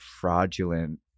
fraudulent